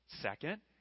Second